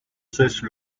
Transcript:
cessent